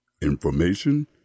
Information